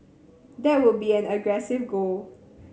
that would be an aggressive goal